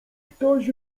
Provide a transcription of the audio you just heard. ktoś